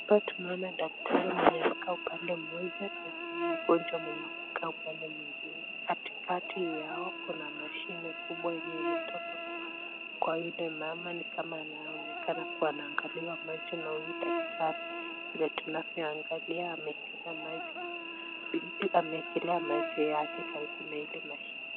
Hapa tunaona daktari mwenye amekaa upande mmoja na mgonjwa mwenye amekaa upande mwingine. Katikati yao kuna mashini kubwa yenye imetoka kwa yule mama ni kama anaonekana kua anaangaliwa macho na huyu daktari. Vile tunavyoangalia ameekelea macho yake karibu na ile mashini.